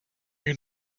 you